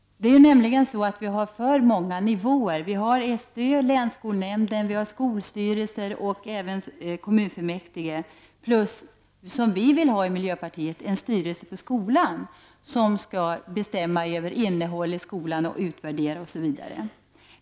Det finns nämligen för många byråkratiska nivåer: SÖ, länsskolnämnden, skolstyrelser och även kommunfullmäktige plus en skolstyrelse för skolan — som vi i miljöpartiet vill ha — vilka skall bestämma över innehållet i skolan, utvärdera osv.